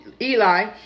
Eli